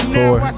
four